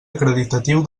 acreditatiu